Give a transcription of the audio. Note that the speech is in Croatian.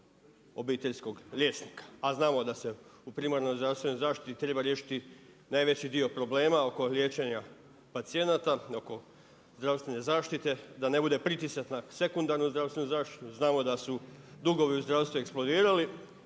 obiteljskog liječnika, a znamo da se u primarnoj zdravstvenoj zaštiti treba riješiti najveći dio problema oko liječenja pacijenata, oko zdravstvene zaštite da ne bude pritisak na sekundarnu zdravstvenu zaštitu. Znamo da su dugovi u zdravstvu eksplodirali